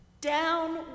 down